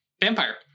vampire